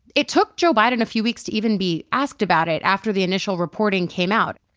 it took joe biden a few weeks to even be asked about it after the initial reporting came out.